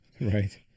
right